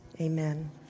amen